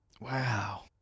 Wow